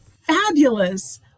fabulous